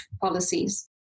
policies